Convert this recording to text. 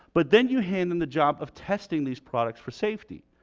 but then you hand them the job of testing these products for safety.